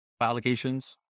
allegations